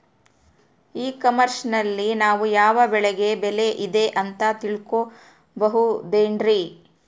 E commerce ನಲ್ಲಿ ನಾವು ಯಾವ ಬೆಳೆಗೆ ಬೆಲೆ ಇದೆ ಅಂತ ತಿಳ್ಕೋ ಬಹುದೇನ್ರಿ?